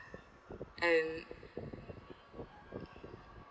and